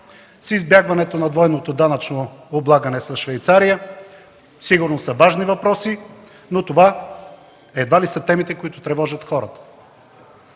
с избягването на двойното данъчно облагане с Швейцария – сигурно са важни въпроси, но това едва ли са темите, които тревожат хората.